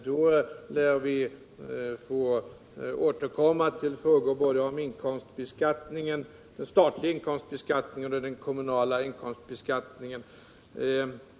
Då lär vi få återkomma till frågorna om både den statliga inkomstbeskattningen och den kommunala inkomstbeskattningen.